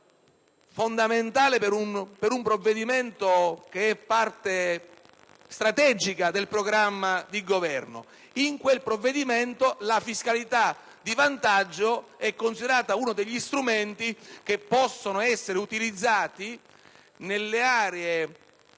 fondamentale del Governo e che è parte strategica del programma di Governo. In quel provvedimento la fiscalità di vantaggio è considerata uno degli strumenti che possono essere utilizzati nelle aree